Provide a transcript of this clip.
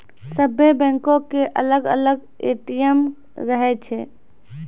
सभ्भे बैंको के अलग अलग ए.टी.एम रहै छै